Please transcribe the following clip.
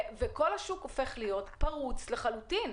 וכך כל השוק הופך להיות פרוץ לחלוטין.